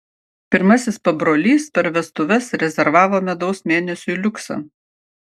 pirmasis pabrolys per vestuves rezervavo medaus mėnesiui liuksą